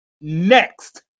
next